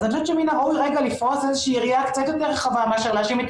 אז אני חושבת שמן הראוי לפרוס יריעה קצת יותר רחבה מאשר להאשים את